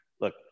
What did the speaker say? look